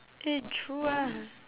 eh true ah